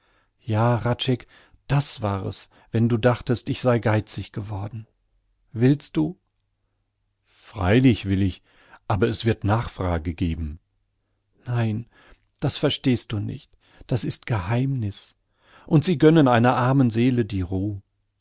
ja hradscheck das war es wenn du dachtest ich sei geizig geworden willst du freilich will ich aber es wird nachfrage geben nein das verstehst du nicht das ist geheimniß und sie gönnen einer armen seele die ruh